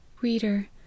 Reader